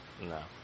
No